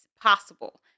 possible